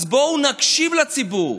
אז בואו נקשיב לציבור.